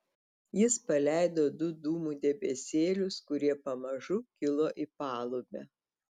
jis paleido du dūmų debesėlius kurie pamažu kilo į palubę